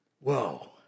whoa